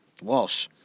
Walsh